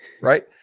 Right